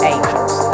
Angels